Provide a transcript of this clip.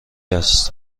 است